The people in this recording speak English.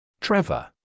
Trevor